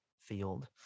field